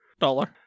Dollar